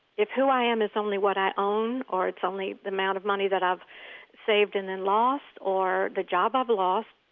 if who i am is only what i own or it's only the amount of money that i've saved and then lost, or the job i've ah lost,